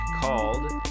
called